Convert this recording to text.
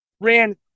ran